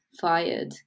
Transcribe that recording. fired